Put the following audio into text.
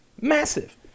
massive